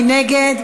מי נגד?